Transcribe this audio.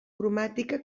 cromàtica